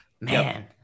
Man